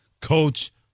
Coach